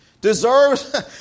deserves